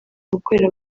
gukorera